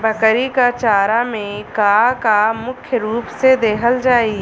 बकरी क चारा में का का मुख्य रूप से देहल जाई?